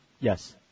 Yes